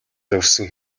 зорьсон